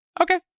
okay